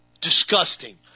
Disgusting